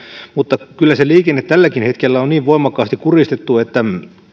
mutta kyllä se liikenne tälläkin hetkellä on niin voimakkaasti kuristettu että